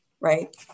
right